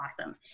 awesome